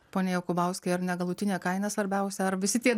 pone jokubauskai ar ne galutinė kaina svarbiausia ar visi tie